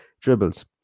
dribbles